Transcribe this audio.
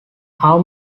how